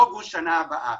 אוגוסט שנה הבאה,